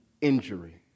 injury